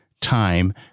time